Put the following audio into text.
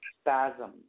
Spasm